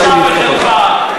או לדחות אותה.